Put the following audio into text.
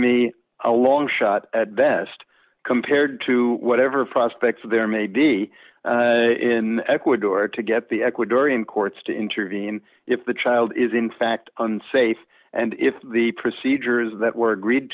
me a long shot at best compared to whatever prospects there may be in ecuador to get the ecuadorian courts to intervene if the child is in fact unsafe and if the procedures that were agreed